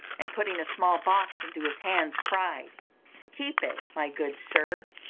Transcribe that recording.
and, putting a small box into his hands, cried keep it, my good sir,